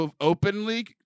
openly